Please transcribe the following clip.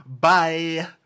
Bye